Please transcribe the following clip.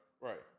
Right